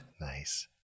nice